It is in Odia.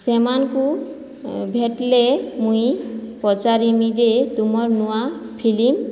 ସେମାନଙ୍କୁ ଭେଟ୍ଲେ ମୁଇଁ ପଚାରିମି ଯେ ତୁମର୍ ନୂଆ ଫିଲିମ୍